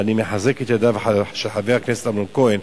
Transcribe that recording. ואני מחזק את ידיו של חבר הכנסת אמנון כהן,